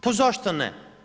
Pa zašto ne?